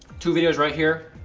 two videos right here,